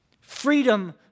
Freedom